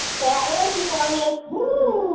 say hi to reggie for me